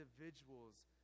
individuals